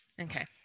Okay